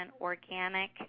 organic